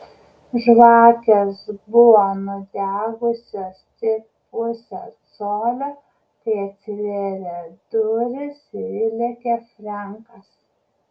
žvakės buvo nudegusios tik pusę colio kai atsivėrė durys ir įlėkė frenkas